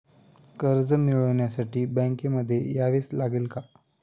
कर्ज मिळवण्यासाठी बँकेमध्ये यावेच लागेल का?